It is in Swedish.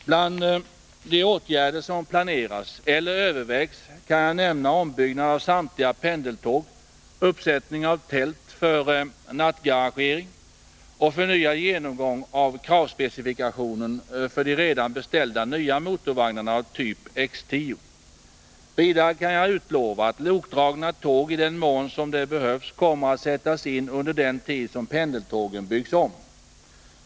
Bland de åtgärder som planeras eller övervägs kan jag nämna ombyggnad av samtliga pendeltåg, uppsättning av tält för nattgaragering och förnyad genomgång av kravspecifikationen för de redan beställda nya motorvagnarna av typ X 10. Vidare kan jag utlova att lokdragna tåg, i den mån som det behövs, kommer att sättas in under den tid då pendeltågen byggs om.